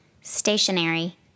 Stationary